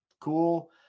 Cool